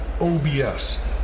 OBS